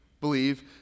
believe